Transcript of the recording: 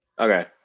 Okay